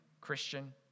Christian